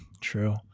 true